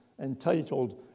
entitled